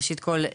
ראשית כל,